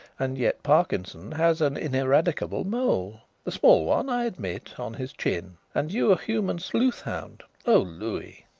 and yet parkinson has an ineradicable mole a small one, i admit on his chin. and you a human sleuth-hound. oh, louis!